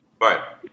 Right